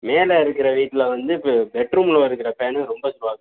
மேலே இருக்குற வீட்டில் வந்து இப்போ பெட் ரூம்மில் இருக்குற ஃபேன்னு ரொம்ப ஸ்லோ